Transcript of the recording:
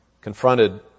confronted